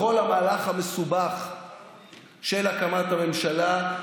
בכל המהלך המסובך של הקמת הממשלה,